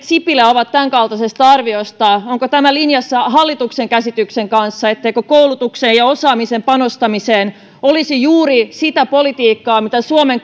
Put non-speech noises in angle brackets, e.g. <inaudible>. <unintelligible> sipilä ovat tämän kaltaisesta arviosta onko tämä linjassa hallituksen käsityksen kanssa etteikö koulutukseen ja osaamiseen panostaminen olisi juuri sitä politiikkaa jota suomen <unintelligible>